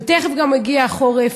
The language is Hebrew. ותכף גם מגיע החורף,